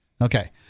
Okay